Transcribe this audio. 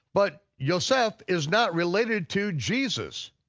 but yoseph is not related to jesus.